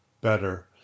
better